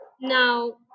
Now